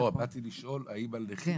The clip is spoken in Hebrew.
מבחינת הפילוח של ההנחות,